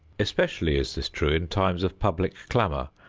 especially is this true in times of public clamor,